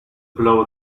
blow